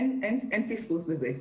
אין פספוס בזה,